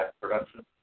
production